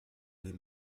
les